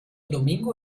domingo